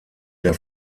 der